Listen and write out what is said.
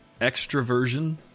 extroversion